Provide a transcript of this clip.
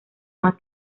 más